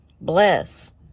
Bless